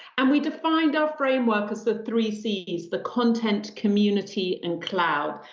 and we defined our framework as the three cs. the content, community, and cloud.